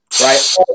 right